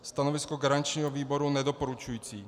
Stanovisko garančního výboru nedoporučující.